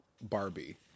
Barbie